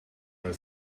red